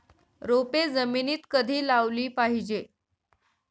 रोपे जमिनीत कधी लावली पाहिजे?